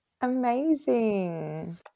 Amazing